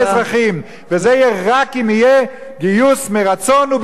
וזה יהיה רק אם יהיה גיוס מרצון ובשכר הוגן.